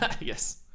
Yes